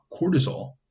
cortisol